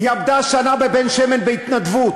היא עבדה שנה בבן-שמן בהתנדבות.